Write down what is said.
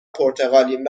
پرتغالیم